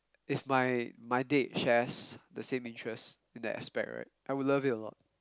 if my my date has the same interests in that aspect right I would love it a lot